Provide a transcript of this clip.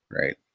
right